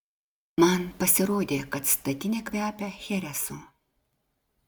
man pasirodė kad statinė kvepia cheresu